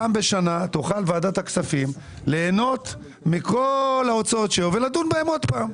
פעם בשנה תוכל ועדת הכספים ליהנות מכל ההוצאות שלו ולדון בהן עוד פעם.